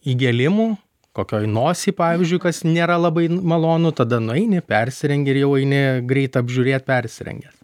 įgėlimu kokioj nosy pavyzdžiui kas nėra labai malonu tada nueini persirengi ir jau eini greit apžiūrėt persirengęs